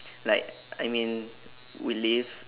like I mean we lives